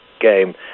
Game